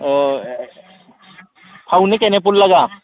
ꯑꯣ ꯐꯧꯅꯤ ꯀꯩꯅꯦ ꯄꯨꯜꯂꯒ